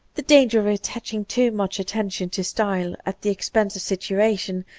the danger of attaching too much attention to style at the expense of situation,